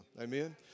Amen